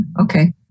Okay